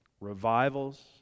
Revivals